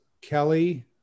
Kelly